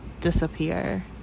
disappear